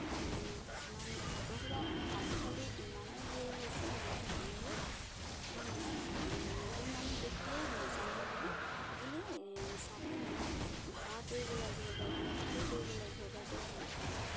কিছুমান অ'টবিলাক আজিকালি ইমানেই হেৰি হৈছে মানে মানুহবোৰ এই মানে নতুন মানুহ দেখিলে নেজানে বুলি এনেই মিছাকৈ মানে ভাড়া কৰিব লাগিব বাইদেউ ইটো কৰিব লাগিব বাইদেউ বুলি কয়